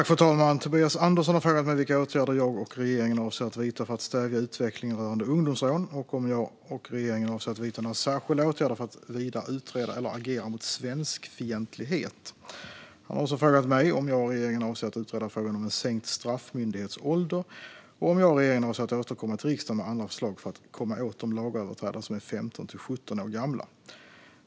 Fru talman! Tobias Andersson har frågat mig vilka åtgärder jag och regeringen avser att vidta för att stävja utvecklingen rörande ungdomsrån och om jag och regeringen avser att vidta några särskilda åtgärder för att vidare utreda eller agera mot svenskfientlighet. Han har också frågat mig om jag och regeringen avser att utreda frågan om en sänkt straffmyndighetsålder och om jag och regeringen avser att återkomma till riksdagen med andra förslag för att komma åt de lagöverträdare som är 15-17 år gamla.